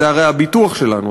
זה הרי הביטוח שלנו,